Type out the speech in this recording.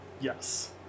yes